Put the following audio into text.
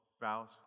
Vows